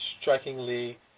strikingly